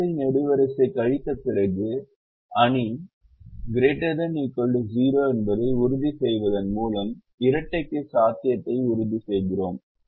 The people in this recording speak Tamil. வரிசை நெடுவரிசை கழித்த பிறகு அணி ≥ 0 என்பதை உறுதி செய்வதன் மூலம் இரட்டைக்கு சாத்தியத்தை உறுதி செய்கிறோம்